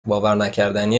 باورنکردنی